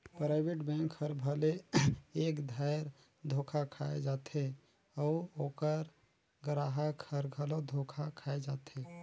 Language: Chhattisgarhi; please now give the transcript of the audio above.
पराइबेट बेंक हर भले एक धाएर धोखा खाए जाथे अउ ओकर गराहक हर घलो धोखा खाए जाथे